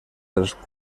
dels